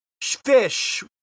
Fish